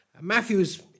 Matthew's